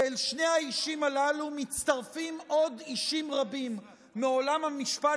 ואל שני האישים הללו מצטרפים אישים רבים מעולם המשפט